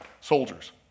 soldiers